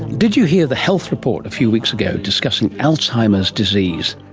did you hear the health report a few weeks ago discussing alzheimer's disease,